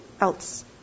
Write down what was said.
else